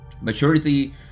Maturity